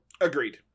Agreed